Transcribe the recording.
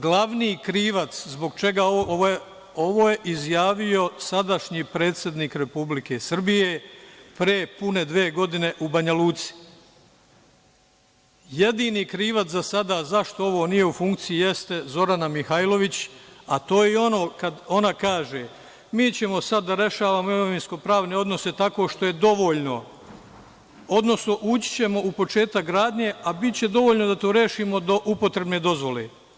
Glavni krivac zbog čega, ovo je izjavio sadašnji predsednik Republike Srbije pre pune dve godine u Banjaluci, jedini krivac za sada zašto ovo nije u funkciji jeste Zorana Mihajlović, a to je ono kada ona kaže – mi ćemo sada da rešavamo imovinsko-pravne odnose tako što je dovoljno, odnosno ući ćemo u početak gradnje, a biće dovoljno da to rešimo do upotrebne dozvole.